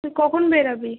তুই কখন বেরাবি